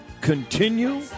continue